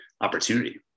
opportunity